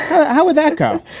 how how would that come?